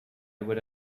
would